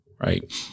right